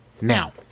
now